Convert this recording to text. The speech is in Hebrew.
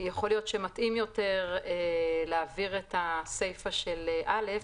שיכול להיות שמתאים יותר להעביר את הסיפה של (א),